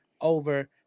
over